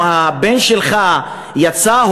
אם הבן שלך יצא,